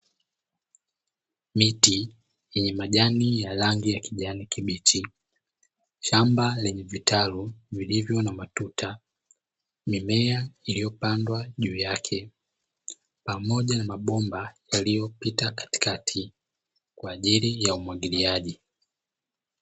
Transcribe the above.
Miti yenye majani ya rangi ya kijani kibichi, shamba lenye vitalu vilivyo na matuta, mimea iliyopandwa juu yake pamoja na mabomba yaliyopita katikati kwa ajili ya umwagiliaji.